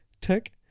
tech